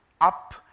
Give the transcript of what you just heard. Up